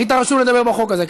היית רשום לדבר בחוק הזה,